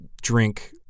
drink